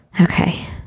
Okay